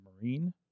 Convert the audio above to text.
Marine